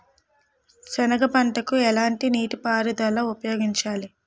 సెనగ పంటకు ఎలాంటి నీటిపారుదల ఉపయోగించాలి?